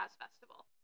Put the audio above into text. festival